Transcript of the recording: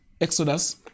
Exodus